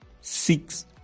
Six